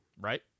Right